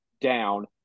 down